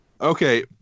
Okay